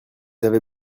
avez